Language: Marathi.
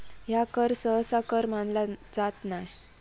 ह्या कर सहसा कर मानला जात नाय